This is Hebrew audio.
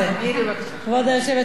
כבוד היושבת-ראש,